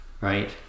right